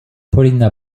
paulina